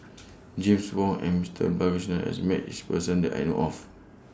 James Wong and M Stone Balakrishnan has Met This Person that I know of